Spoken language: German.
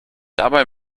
dabei